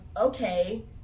okay